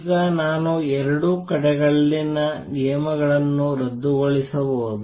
ಈಗ ನಾನು ಎರಡೂ ಕಡೆಗಳಲ್ಲಿನ ನಿಯಮಗಳನ್ನು ರದ್ದುಗೊಳಿಸಬಹುದು